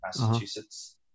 Massachusetts